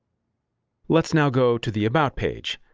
let's now go to the about page.